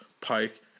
Pike